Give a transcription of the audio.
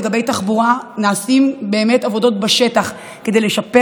לגבי תחבורה נעשות עבודות בשטח כדי לשפר